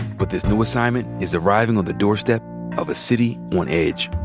but this new assignment is arriving on the doorstep of a city on edge.